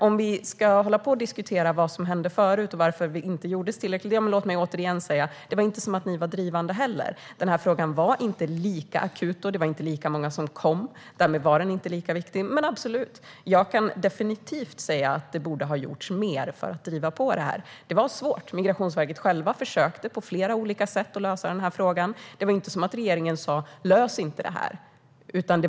Om vi ska hålla på och diskutera vad som hände förut och varför det inte gjordes förut, låt mig åter säga: Ni var inte heller drivande. Frågan var inte lika akut. Det inte var lika många som kom, så frågan var inte lika viktig. Det borde definitivt ha gjorts mer för att driva på detta, men det var svårt. Migrationsverket försökte lösa det på flera olika sätt, och regeringen sa ju inte: Lös inte detta!